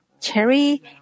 cherry